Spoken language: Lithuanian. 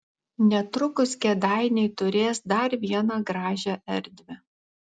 netrukus kėdainiai turės dar vieną gražią erdvę